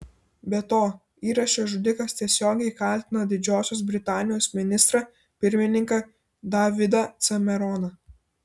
be to įraše žudikas tiesiogiai kaltina didžiosios britanijos ministrą pirmininką davidą cameroną